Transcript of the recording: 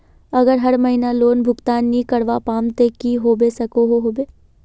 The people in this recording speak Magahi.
अगर हर महीना लोन भुगतान नी करवा पाम ते की होबे सकोहो होबे?